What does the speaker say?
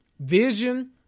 vision